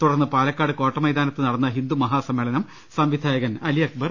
തുടർന്ന് പാലക്കാട് കോട്ടമൈതാനത്തു നടന്ന ഹിന്ദു മഹാസമ്മേളനം സംവിധായകൻ അലി അക്ബ്രർ